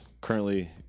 currently